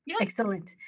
Excellent